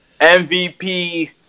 MVP